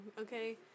okay